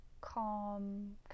calm